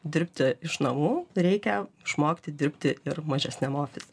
dirbti iš namų reikia išmokti dirbti ir mažesniam ofise